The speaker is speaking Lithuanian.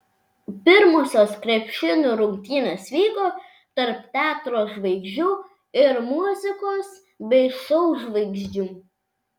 pirmosios krepšinio rungtynės vyko tarp teatro žvaigždžių ir muzikos bei šou žvaigždžių